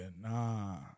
nah